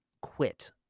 quit